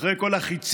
אחרי כל החיצים,